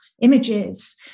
images